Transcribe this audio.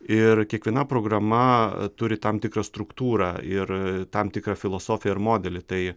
ir kiekviena programa turi tam tikrą struktūrą ir tam tikrą filosofiją ir modelį tai